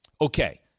Okay